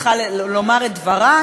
צריכה לומר את דברה,